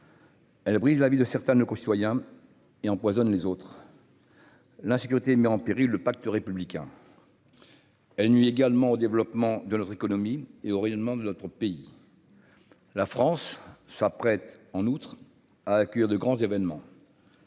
Elle brise la vie de certains de nos concitoyens et empoisonne les autres l'insécurité met en péril le pacte républicain, elle nuit également au développement de notre économie et au rayonnement de notre pays, la France s'apprête en outre à accueillir de grands événements.